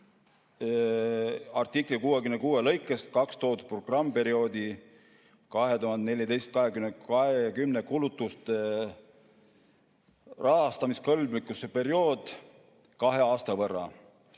artikli 65 lõikes 2 toodud programmiperioodi 2014–2020 kulutuste rahastamiskõlblikkuse periood kahe aasta võrra,